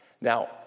Now